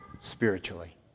spiritually